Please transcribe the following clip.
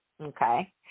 Okay